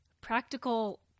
Practical